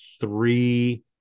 three